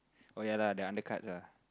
oh yeah lah the undercut ah